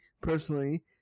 personally